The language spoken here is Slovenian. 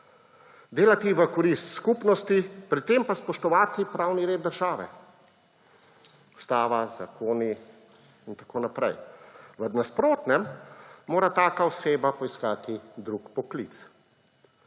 Delati v korist skupnosti, pri tem pa spoštovati pravni red države: ustava, zakoni in tako naprej. V nasprotnem mora taka oseba poiskati drug poklic.